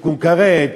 תיקון כרת,